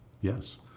Yes